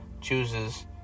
chooses